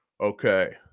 Okay